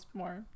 more